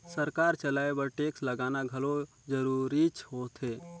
सरकार चलाए बर टेक्स लगाना घलो जरूरीच होथे